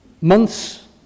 months